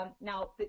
now